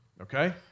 Okay